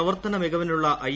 പ്രവർത്തന മികവിനുള്ള ഐ